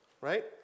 right